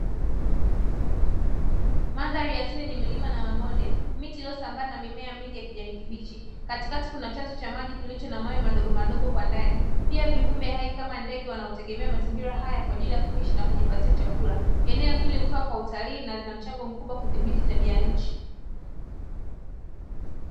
Mandhari ya asili yenye milima na mabonde, miti iliyosambaa na mimea mingi kijani kibichi, katikati kuna chanzo cha maji kilicho na mawe madogo madogo kwa ndani pia viumbe hai kama ndege wanaotegemea mazingira haya kwa ajili ya kuishi na kujipatia chakula, eneo hili hufaa kwa utalii na lina mchango mkubwa kudhibiti tabia ya nchi.